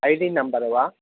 I D number वा